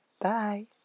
bye